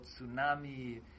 tsunami